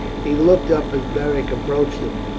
he looked up as beric approached him.